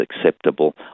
acceptable